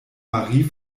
marie